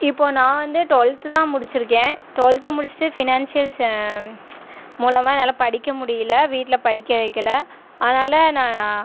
இப்போது நான் வந்து டுவெல்த்து தான் முடித்திருக்கேன் டுவெல்த்து முடித்துட்டு ஃபினான்சியல்ஸ் மூலமாக என்னால் படிக்க முடியலை வீட்டில் படிக்க வைக்கலை அதனால் நான்